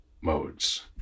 modes